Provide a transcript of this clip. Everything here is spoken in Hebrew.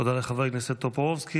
תודה לחבר הכנסת טופורובסקי.